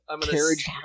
carriage